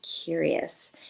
curious